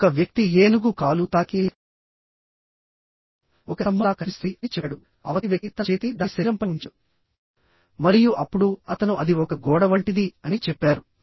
ఒక వ్యక్తి ఏనుగు కాలు తాకి ఒక స్తంభం లా కనిపిస్తుంది అని చెప్పాడు అవతలి వ్యక్తి తన చేతిని దాని శరీరం పై ఉంచాడు మరియు అప్పుడు అతను అది ఒక గోడ వంటిది అని చెప్పారు